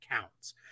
counts